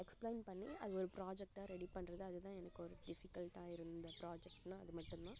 explain பண்ணி அது ஒரு ப்ராஜெக்ட்டாக ரெடி பண்ணுறது அதுதான் எனக்கொரு டிஃபிக்கல்ட்டாக இருந்த ப்ராஜெக்ட்ன்னா அது மட்டும்தான்